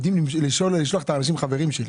הם יודעים לשלוח את האנשים שהם חברים שלי,